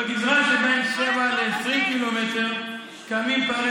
בגזרה שבין 7 קילומטר ל-20 קילומטר קיימים פערי